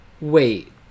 wait